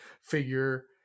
figure